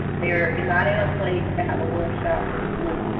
they're not in a place to have a workshop or a group,